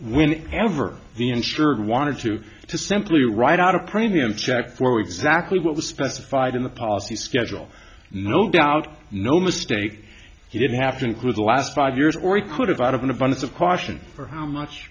when ever the insured wanted to to simply write out a premium check go exactly what was specified in the policy schedule no doubt no mistake he didn't have to include the last five years or we could have out of an abundance of caution for how much